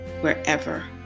wherever